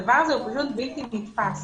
הדבר הזה הוא פשוט בלתי נתפס.